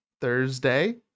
thursday